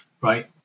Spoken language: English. right